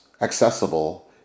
accessible